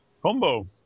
combo